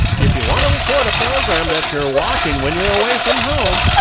if you want to record a program that you're watching when you're away from home,